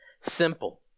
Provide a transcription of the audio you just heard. simple